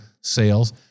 sales